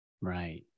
right